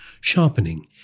sharpening